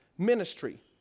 ministry